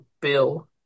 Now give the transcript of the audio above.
Bill